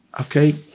Okay